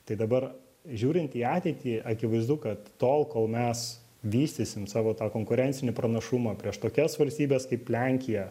tai dabar žiūrint į ateitį akivaizdu kad tol kol mes vystysim savo tą konkurencinį pranašumą prieš tokias valstybes kaip lenkija